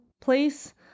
place—